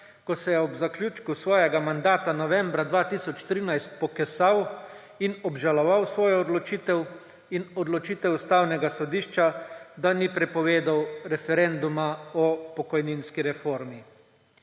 ko se je ob zaključku svojega mandata novembra 2013 pokesal in obžaloval svojo odločitev in odločitev Ustavnega sodišča, da ni prepovedal referenduma o pokojninski reformi.